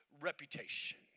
reputation